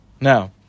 Now